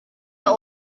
that